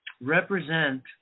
represent